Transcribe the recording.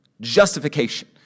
justification